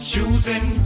Choosing